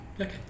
Okay